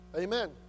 Amen